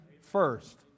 first